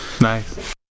Nice